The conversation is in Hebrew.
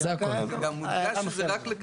והכל אם סבר מוסד התכנון,